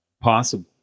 possible